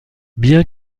bien